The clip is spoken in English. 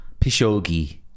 Pishogi